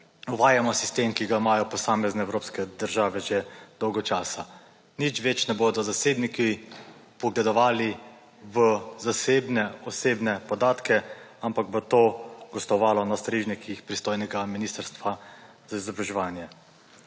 uvajamo sistem, ki ga imajo posamezne evropske države že dolgo časa. Nič več ne bodo zasebniki vpogledovali v zasebne osebne podatke, ampak bo to gostovalo na strežnikih pristojnega Ministrstva za izobraževanje.